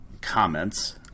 comments